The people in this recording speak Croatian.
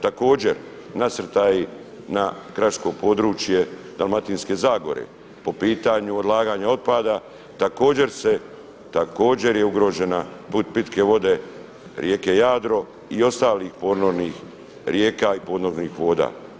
Također nasrtaji na gradsko područje Dalmatinske zagore po pitanju odlaganja otpada također je ugrožena pitke vode rijeke Jadro i ostalih ponornih rijeka i ponornih voda.